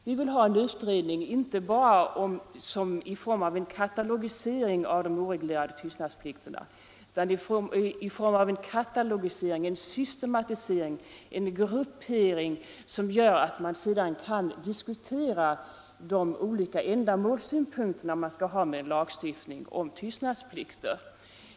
Vi vill ha en utredning inte bara i form av en katalogisering av de oreglerade tystnadsplikterna, utan i form av en systematisering, en gruppering som gör att man sedan kan diskutera de olika ändamål som man skall ha med en lagstiftning om tystnadsplikter.